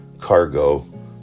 cargo